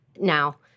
Now